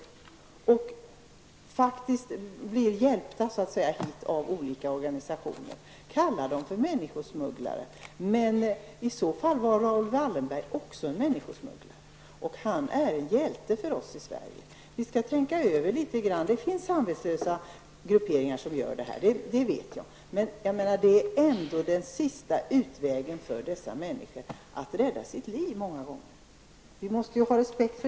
De blir faktiskt hjälpta hit av olika organisationer. Kalla dem för människosmugglare, men i så fall var Raoul Wallenberg också en människosmugglare. Han är en hjälte för oss i Det finns samvetslösa grupperingar som sysslar med sådant, det vet jag. Men det är många gånger den sista utvägen för dessa människor att rädda sina liv. Det måste vi ha respekt för.